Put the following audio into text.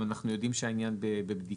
אם אנחנו יודעים שהעניין בבדיקה.